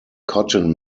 cotton